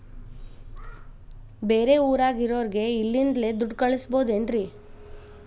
ಬೇರೆ ಊರಾಗಿರೋರಿಗೆ ಇಲ್ಲಿಂದಲೇ ದುಡ್ಡು ಕಳಿಸ್ಬೋದೇನ್ರಿ?